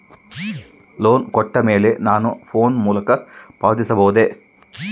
Loan ಕೊಟ್ಟ ಮೇಲೆ ನಾನು ಫೋನ್ ಮೂಲಕ ಪಾವತಿಸಬಹುದಾ?